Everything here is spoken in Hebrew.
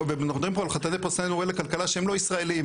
מדברים פה על חתני פרסי נובל לכלכלה שהם לא ישראלים,